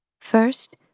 First